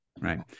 right